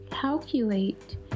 calculate